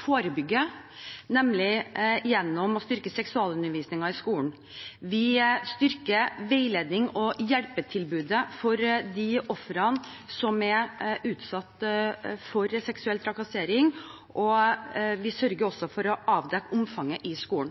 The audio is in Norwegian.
forebygge, nemlig gjennom å styrke seksualundervisningen i skolen. Vi styrker veilednings- og hjelpetilbud for de ofrene som er utsatt for seksuell trakassering, og vi sørger for å avdekke omfanget i skolen.